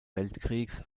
weltkriegs